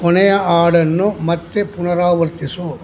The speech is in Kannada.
ಕೊನೆಯ ಹಾಡನ್ನು ಮತ್ತೆ ಪುನರಾವರ್ತಿಸು